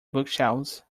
bookshelves